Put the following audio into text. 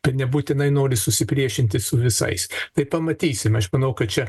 bet nebūtinai nori susipriešinti su visais tai pamatysime aš manau kad čia